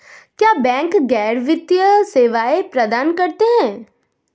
क्या बैंक गैर वित्तीय सेवाएं प्रदान करते हैं?